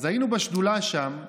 אז היינו בשדולה שם ודיברנו,